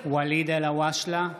ואליד אלהואשלה,